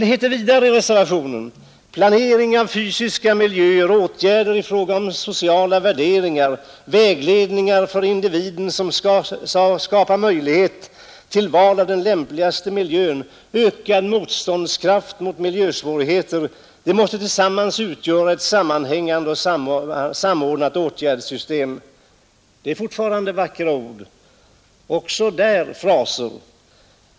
Det heter vidare i reservationen: ”Olika åtgärdsområden — planering av fysiska miljöer, åtgärder i fråga om det sociala värdemönstret, vägledning för individen som skapar möjlighet till val av den lämpligaste miljön, psykoterapi och annan rådgivning till ökad motståndskraft mot miljösvårigheter — måste tillsammans utgöra ett sammanhängande och samordnat åtgärdssystem.” Det är fortfarande vackra ord — men också där fraser.